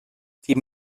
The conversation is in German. die